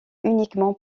uniquement